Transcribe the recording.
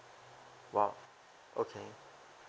!wow! okay